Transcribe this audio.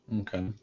Okay